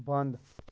بنٛد